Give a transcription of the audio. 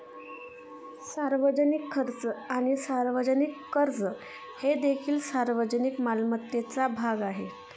सार्वजनिक खर्च आणि सार्वजनिक कर्ज हे देखील सार्वजनिक मालमत्तेचा भाग आहेत